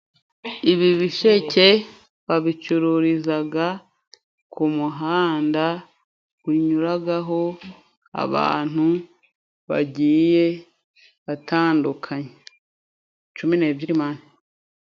Ibi bisheke babicururizaga ku muhanda unyuragaho abantu bagiye batandukanye. Cumi n'ebyiri mani.